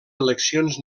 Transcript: eleccions